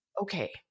Okay